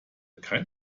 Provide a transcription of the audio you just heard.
kein